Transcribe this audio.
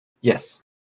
Yes